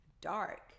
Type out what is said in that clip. dark